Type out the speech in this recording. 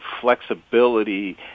flexibility